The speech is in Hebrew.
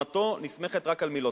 תלונתו נסמכת רק על מילותיו,